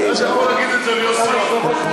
אתה יכול להגיד את זה ליוסי יונה.